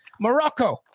morocco